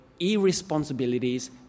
irresponsibilities